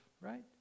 right